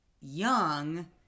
young